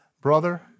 brother